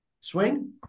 swing